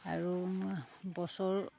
আৰু বছৰ